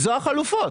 אלו החלופות,